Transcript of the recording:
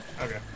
Okay